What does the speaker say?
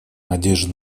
надежды